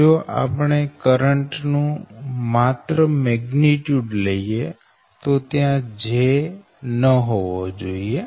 જો આપણે કરંટ નું માત્ર પરિમાણ લઈએ તો ત્યાં j ન હોવો જોઈએ